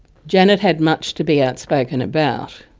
janet had much to be outspoken about.